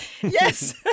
Yes